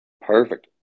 Perfect